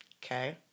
Okay